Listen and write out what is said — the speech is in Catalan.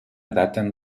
daten